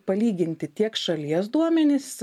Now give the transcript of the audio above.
palyginti tiek šalies duomenis